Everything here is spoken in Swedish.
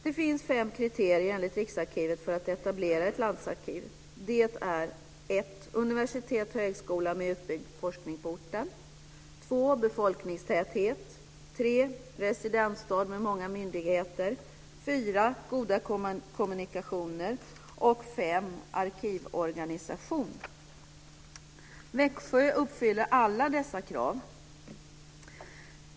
Det finns enligt Riksarkivet fem kriterier för att etablera ett landsarkiv: Växjö uppfyller alla dessa krav.